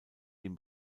dem